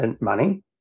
money